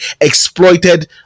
exploited